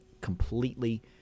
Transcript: completely